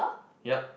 ya